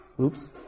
Oops